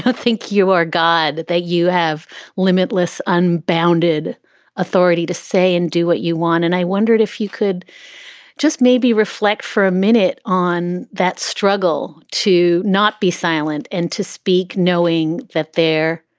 not think you are god, that they you have limitless, unbounded authority to say and do what you want. and i wondered if you could just maybe reflect for a minute on that struggle to not be silent and to speak knowing that there.